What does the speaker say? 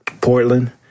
Portland